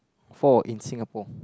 for in Singapore